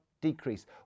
decrease